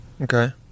Okay